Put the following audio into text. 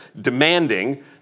demanding